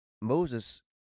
Moses